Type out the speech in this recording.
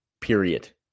period